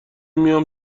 میام